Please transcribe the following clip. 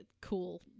cool